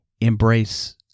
Embrace